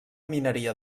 mineria